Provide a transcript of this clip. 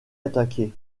attaqué